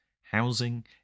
housing